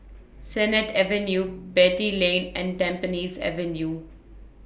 Sennett Avenue Beatty Lane and Tampines Avenue